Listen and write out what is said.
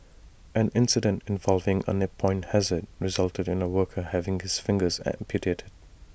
an incident involving A nip point hazard resulted in A worker having his fingers amputated